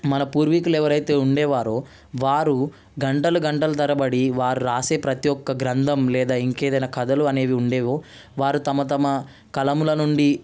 మన పూర్వీకులు ఎవరైతే ఉండేవారో వారు గంటలు గంటలు తరబడి వారు రాసే ప్రతి ఒక్క గ్రంథం లేదా ఇంకేదైనా కథలు అనేవి ఉండేవో వారు తమ తమ కలముల నుండి